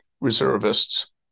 reservists